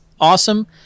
awesome